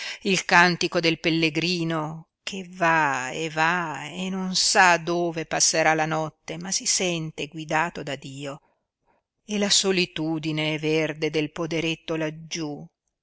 il cantico del pellegrino che va e va e non sa dove passerà la notte ma si sente guidato da dio e la solitudine verde del poderetto laggiú